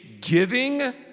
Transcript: giving